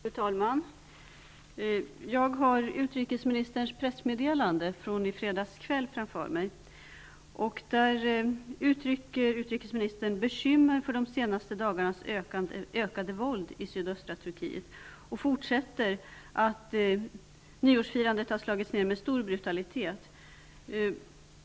Fru talman! Jag har utrikesministerns pressmeddelande från i fredags kväll framför mig. I detta säger utrikesministern att hon är bekymrad över de senaste dagarnas ökade våld i sydöstra Turkiet. Hon säger vidare i pressmeddelandet att nyårsfirandet har slagits ned med stor brutalitet.